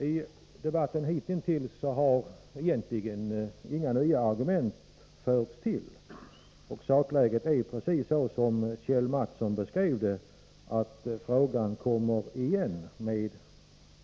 I debatten hitintills har egentligen inga nya argument tillförts, och sakläget är precis som Kjell Mattsson beskrev det, att frågan med